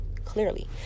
clearly